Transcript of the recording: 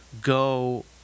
go